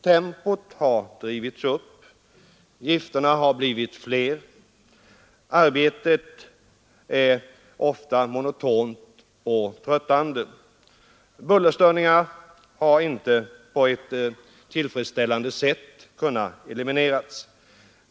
Tempot har drivits upp, gifterna har blivit fler, arbetet är ofta monotont och tröttande, bullerstörningar har inte på ett tillfredsställande sätt kunnat elimineras.